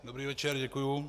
Dobrý večer, děkuji.